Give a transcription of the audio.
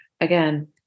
again